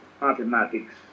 mathematics